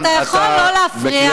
אתה יכול לא להפריע?